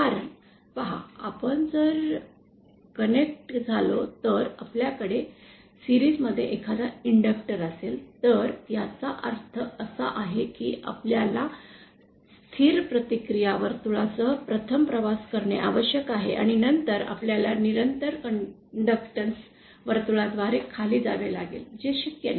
कारण पहा आपण जर कनेक्ट झालो जर आपल्याकडे मालिकेत एखादा इंडक्टर् असेल तर याचा अर्थ असा आहे की आपल्याला स्थिर प्रतिकार वर्तुळासह प्रथम प्रवास करणे आवश्यक आहे आणि नंतर आपल्याला निरंतर कडक्टॅन्स वर्तुळाद्वारे खाली जावे लागेल जे शक्य नाही